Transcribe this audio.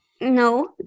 No